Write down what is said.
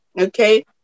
Okay